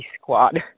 squad